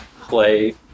play